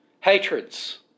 Hatreds